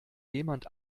jemand